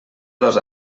dos